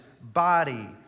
body